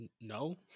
No